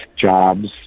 jobs